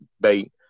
bait